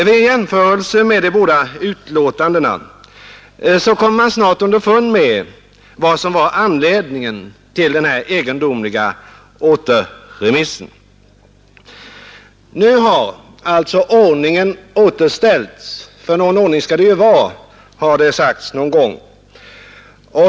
Vid jämförelse av de båda betänkandena kommer man snart underfund med vad som var anledning till den här egendomliga återremissen. Nu har alltså ordningen återställts, för någon ordning skall det ju vara, har det sagts någon gång.